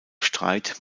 streit